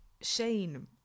Shane